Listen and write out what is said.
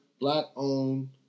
Black-owned